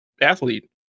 athlete